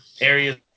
areas